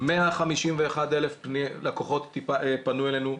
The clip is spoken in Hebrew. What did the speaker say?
151,000 לקוחות פנו אלינו.